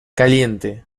caliente